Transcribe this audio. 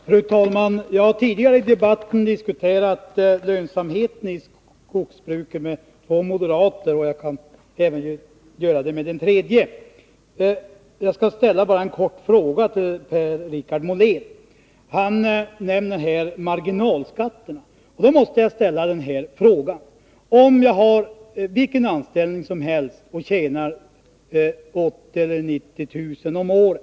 Fru talman! Jag har tidigare i debatten diskuterat lönsamheten i skogsbruket med två moderater, och jag kan även göra det med en tredje. Per-Richard Molén nämner marginalskatterna. Då måste jag ställa frågan: Om man tjänar 80 000 eller 90 000 kr.